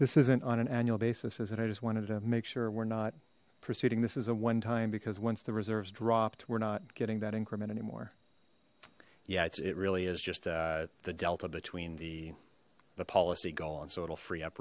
this isn't on an annual basis is it i just wanted to make sure we're not proceeding this is a one time because once the reserves dropped we're not getting that increment anymore yeah it really is just a delta between the policy gone so it'll free up